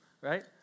Right